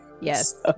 Yes